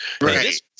Right